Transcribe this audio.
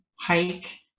hike